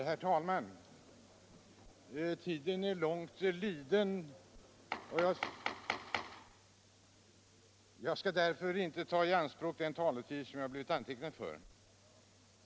Herr talman! Tiden är långt liden. Jag skall därför inte ta i anspråk den taletid som jag blivit antecknad för.